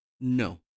No